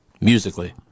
musically